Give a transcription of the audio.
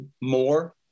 more